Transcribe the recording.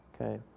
okay